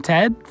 Ted